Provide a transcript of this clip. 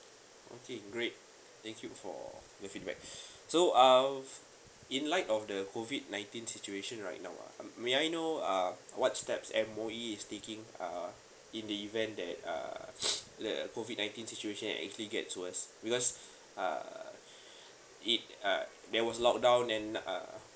okay great thank you for your feedback so uh in like of the COVID nineteen situation right now uh may I know uh what steps M_O_E is taking uh in the event that uh that uh COVID nineteen situation are actually get worse because err it err there was lock down and uh